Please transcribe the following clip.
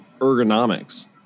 ergonomics